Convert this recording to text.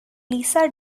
lisa